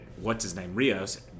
What's-His-Name-Rios